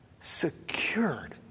secured